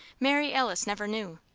mary alice never knew.